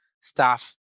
staff